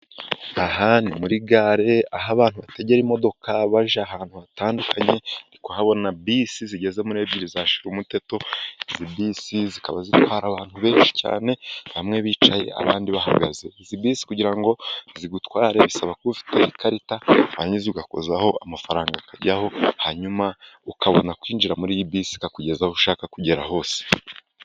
Aha ni muri gare aho abantu bategera imodoka bajya ahantu hatandukanye, ndi kuhabona bisi zigeze muri ebyiri za shirumuteto izi bisi zikaba zitwara abantu benshi cyane, bamwe bicaye abandi bahagaze izi bisi kugirango zigutware, bisaba ko uba ufite ikarita warangiza ugakozaho, amafaranga akajyaho hanyuma ukabona kwinjira muri bisi, ikakugeza aho ushaka kugera hose.